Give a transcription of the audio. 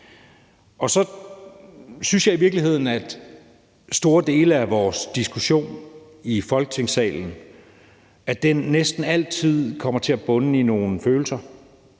Så synes jeg i virkeligheden, at store dele af vores diskussion i Folketingssalen næsten altid kommer til at bunde i nogle følelser